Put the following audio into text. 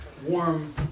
Warm